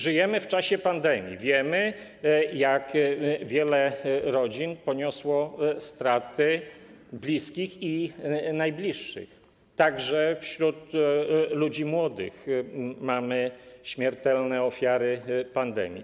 Żyjemy w czasie pandemii i wiemy, jak wiele rodzin poniosło straty bliskich i najbliższych, także wśród ludzi młodych mamy śmiertelne ofiary pandemii.